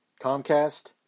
Comcast